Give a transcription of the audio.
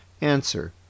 Answer